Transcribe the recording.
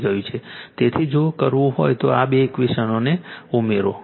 તેથી જો કરવું હોય તો આ બે ઇક્વેશનો ઉમેરો